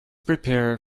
prepare